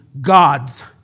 God's